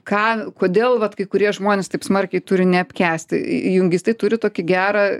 ką kodėl vat kai kurie žmonės taip smarkiai turi neapkęsti jungistai turi tokį gerą